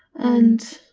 and.